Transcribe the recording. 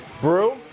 Brew